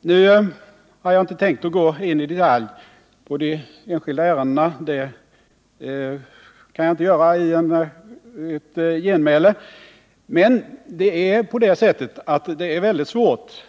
Nu har jag inte tänkt gå in i detalj på de enskilda ärendena — det kan jag inte göra i ett genmäle — men det är väldigt svårt att